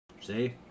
See